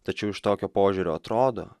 tačiau iš tokio požiūrio atrodo